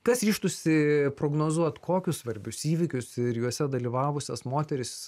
kas ryžtųsi prognozuot kokius svarbius įvykius ir juose dalyvavusias moteris